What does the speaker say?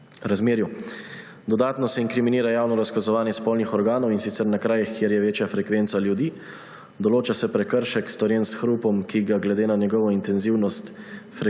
razmerju. Dodatno se inkriminira javno razkazovanje spolnih organov, in sicer na krajih, kjer je večja frekvenca ljudi. Določa se prekršek, storjen s hrupom, ki ga glede na njegovo intenzivnost,